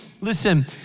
Listen